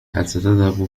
ستذهب